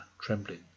trembling